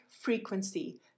frequency